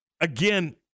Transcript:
again